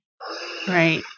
right